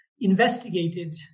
investigated